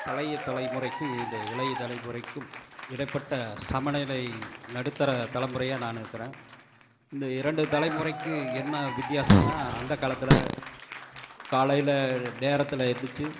பழைய தலைமுறைக்கும் இந்த இளைய தலைமுறைக்கும் இடைப்பட்ட சமநிலை நடுத்தர தலைமுறையாக நான் இருக்கிறேன் இந்த இரண்டு தலைமுறைக்கு என்ன வித்யாசன்னா அந்த காலத்தில் காலையில் நேரத்தில் எந்திரிச்சு